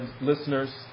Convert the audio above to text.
listeners